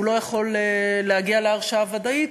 הוא לא יכול להגיע להרשעה ודאית,